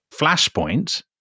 flashpoint